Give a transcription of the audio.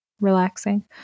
relaxing